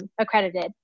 accredited